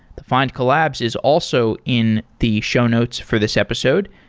the findcollabs is also in the show notes for this episode.